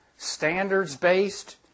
Standards-based